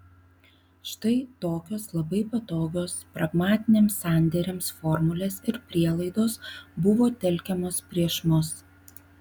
štai tokios labai patogios pragmatiniams sandėriams formulės ir prielaidos buvo telkiamos prieš mus